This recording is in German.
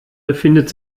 befindet